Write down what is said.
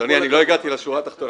אדוני, אני לא הגעתי לשורה התחתונה.